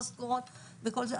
המשכורות וכל זה,